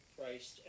christ